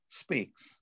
speaks